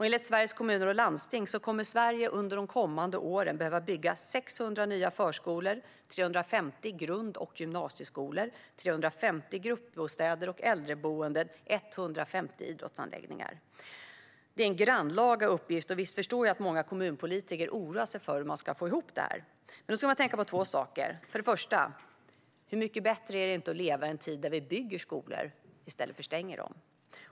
Enligt Sveriges Kommuner och Landsting kommer Sverige att under de kommande åren behöva bygga 600 nya förskolor, 350 grund och gymnasieskolor, 350 gruppbostäder och äldreboenden samt 150 idrottsanläggningar. Detta är en grannlaga uppgift, och visst förstår jag att många kommunpolitiker oroar sig för hur de ska få ihop det här. Man ska då tänka på två saker. För det första: Hur mycket bättre är det inte att leva i en tid då vi bygger skolor i stället för att stänga dem?